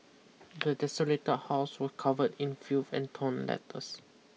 the desolated house was covered in filth and torn letters